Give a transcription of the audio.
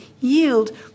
yield